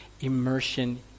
immersion